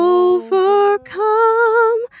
overcome